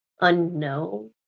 unknown